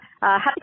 Happy